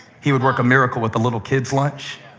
he would work a miracle with a little kid's lunch.